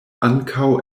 ankaŭ